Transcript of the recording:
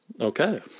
Okay